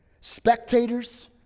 Spectators